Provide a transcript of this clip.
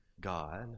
God